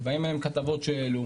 ובאים אליהם עם כתבות שהעלו,